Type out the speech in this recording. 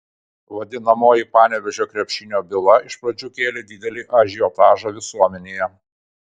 vadinamoji panevėžio krepšinio byla iš pradžių kėlė didelį ažiotažą visuomenėje